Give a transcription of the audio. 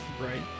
Right